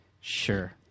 Sure